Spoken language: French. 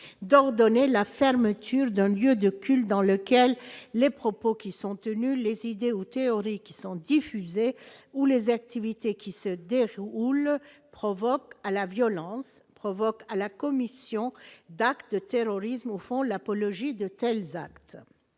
d'ordonner la fermeture de lieux de culte dans lequel les propos qui sont tenus les idéaux théories qui sont diffusés ou les activités qui se déroulent provoque à la violence provoque à la commission d'actes de terrorisme au fond l'apologie de tels actes,